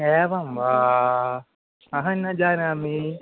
एवं वा अहं न जानामि